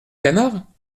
canard